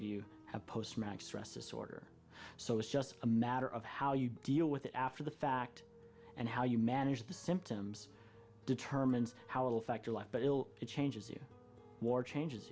you have post max stress disorder so it's just a matter of how you deal with it after the fact and how you manage the symptoms determines how it'll affect your life but will it changes you more changes